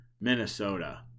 Minnesota